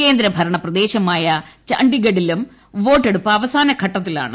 കേന്ദ്രഭരണ പ്രദേശമായ ഛണ്ഡിഗഡിലും വോട്ടെടുപ്പ് അവസാനഘട്ടത്തിലാണ്